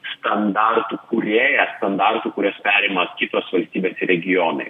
standartų kūrėja standartų kuriuos perima kitos valstybės ir regionai